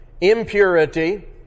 impurity